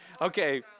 Okay